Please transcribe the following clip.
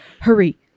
Hurry